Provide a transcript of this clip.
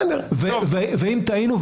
ואם טעינו,